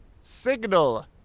signal